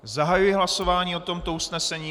Zahajuji hlasování o tomto usnesení.